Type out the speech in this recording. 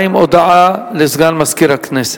הודעה לסגן מזכיר הכנסת.